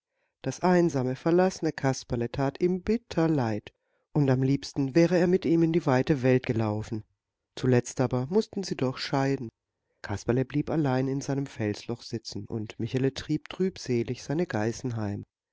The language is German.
das einsame verlassene kasperle tat ihm bitter leid und am liebsten wäre er mit ihm in die weite welt gelaufen zuletzt aber mußten sie doch scheiden kasperle blieb allein in seinem felsenloch sitzen und michele trieb trübselig seine